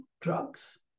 drugs